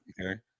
Okay